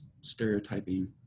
stereotyping